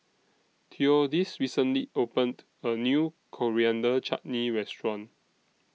Theodis recently opened A New Coriander Chutney Restaurant